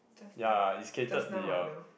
ya is catered to your